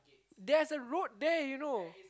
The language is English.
there's a road there you know